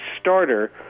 starter